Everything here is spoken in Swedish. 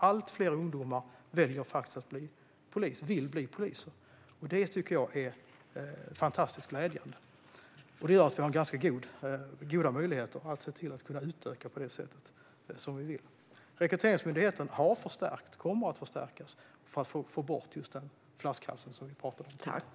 Allt fler ungdomar vill bli poliser, och det är fantastiskt glädjande. Det gör att vi har goda möjligheter att utöka så som vi vill. Rekryteringsmyndigheten har förstärkts och kommer att förstärkas för att få bort den flaskhals vi talade om.